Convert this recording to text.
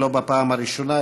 ולא בפעם הראשונה,